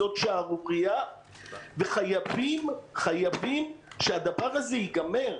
זאת שערורייה וחייבים שהדבר הזה ייגמר.